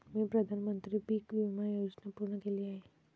मी प्रधानमंत्री पीक विमा योजना पूर्ण केली आहे